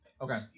Okay